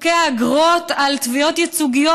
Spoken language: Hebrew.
חוקי האגרות על תביעות ייצוגיות,